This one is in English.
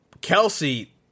Kelsey